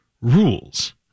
rules